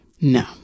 No